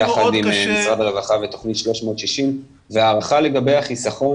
עם משרד הרווחה ותוכנית 360 וההערכה לגבי החיסכון